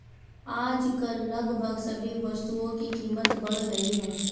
आजकल लगभग सभी वस्तुओं की कीमत बढ़ गई है